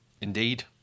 Indeed